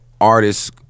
artists